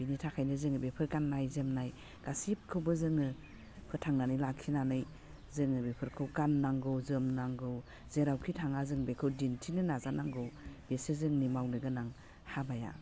बिनि थाखायनो जोङो बेफोर गान्नाय जोमनाय गासिबखौबो जोङो फोथांनानै लाखिनानै जोङो बेफोरखौ गाननांगौ जोमनांगौ जेरावखि थाङा जों बेखौ दिन्थिनो नाजानांगौ बेसे जोंनि मावनो गोनां हाबाया